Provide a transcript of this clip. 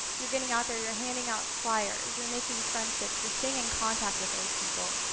you're getting out there, you're handing out flyers. you're making friendships. you're staying in contact with those people.